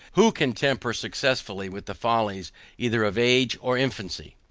who can tamper successfully with the follies either of age or infancy.